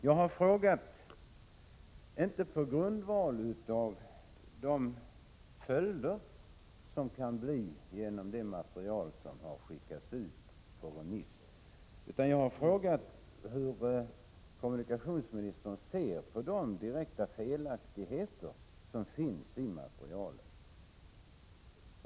Jag har inte framställt min interpellation på grundval av de följder som det förslag kan leda till som nu har skickats ut på remiss, utan jag har frågat hur kommunikationsministern ser på de direkta felaktigheter som finns i utredningsmaterialet.